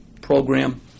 Program